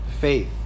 faith